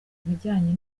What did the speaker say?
ibijyanye